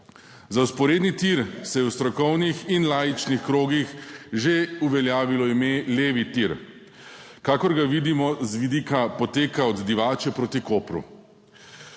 Za vzporedni tir se je v strokovnih in laičnih krogih že uveljavilo ime levi tir, kakor ga vidimo z vidika poteka od Divače proti Kopru.